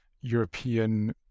European